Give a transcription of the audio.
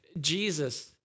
Jesus